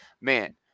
man